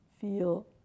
feel